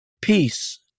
Peace